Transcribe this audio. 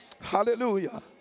hallelujah